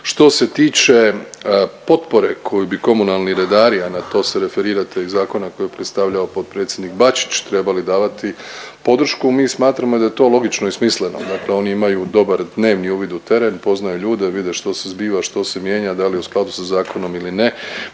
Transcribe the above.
Što se tiče potpore koju bi komunalni redari, a na to se referirate iz zakona koji je predstavljao potpredsjednik Bačić trebali davati podršku mi smatramo da je to logično i smisleno. Dakle, oni imaju dobar dnevni uvid u teret, poznaju ljude, vide što se zbiva, što se mijenja, da li je u skladu sa zakonom ili ne.